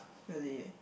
really